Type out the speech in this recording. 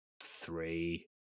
three